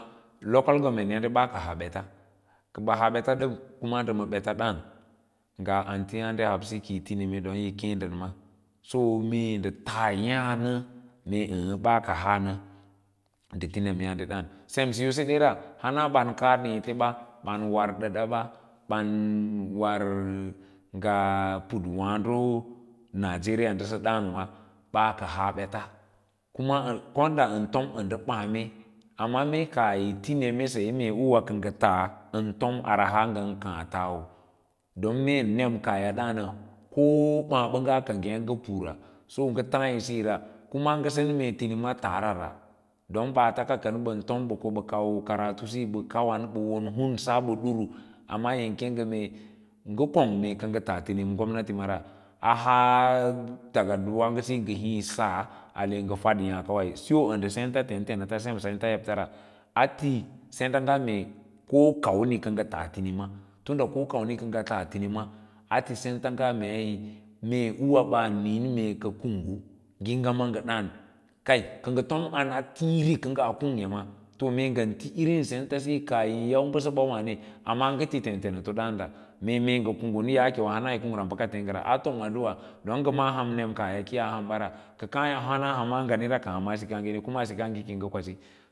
Local government yaãɗe ɓaa haa ɓəta kə ɓə haa ɓeta kama ndə ma ɓeta dǎǎn maa autuyǎǎde hamsi kiyi ti neme don yí keẽ ndən ma so wa nne ndə tas yaã nə mee ɓaka ha’a ndə ti nemyaãde dǎǎn sem siyo sedera hama ɓan kaa ɗǎǎte ɓan war ɗəɗa ɓa, ɓan war nga putwǎǎdo nijeris ndə sədǎǎn wǎ ɓaa ka haa ɓeta kuma kon ɗa ən fom ə ndə kwame amma mee kaah yi tin meme saye mee ûwǎ kə ngə tas-an fomi arah a ngən kaã tawo don meen nem kaaliya ɗǎǎn nə ko ɓaã ɓəngga ngěk ngə pura so ngə tǎǎyə siyo ra kuma ngə sen mee tinima taara ra don ɓaata kən bən tom ɓə ko ɓa kall karatu siyo ɓə kwan ɓawon hunsa ɓə ɗuru amma yín keẽ ngə mee ngə kong mee kə ngə tas timina gomnati ma ra a haa takardu wǎǎgo síyo ngə hũ sa ale ngə faɗ yǎǎ makwa ə nɗə senta tentenata sem senta yabta ra a ti senda ngə mee ko kamni kə ngə tas tinima tun da ko kamni kə ngə tas tinima a ti senta ngə meí mee liwa ɓaa niĩn mee kə ka kunggu, ngiĩga ma ngə dǎǎn, kə ngə fom an aa tiĩrí kə ngaa kungyǎ ma to mee ngə tí írín senta siyí kaah yín yau bəsəɓa waãne amma ngə tí ten tenato daãn ɗa ake mee ngə kunggun bama yaake wa yi kungra bəka teẽ ngəra a tom addu’a don ngə ma’â ham mem kaah ya ki yaa hamɓa re kəi kaā yi hamma angami mín ɗaa ka hama sikaaní kuma sikaage siyi ki yi ngə kwasí.